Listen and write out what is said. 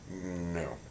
No